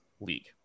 league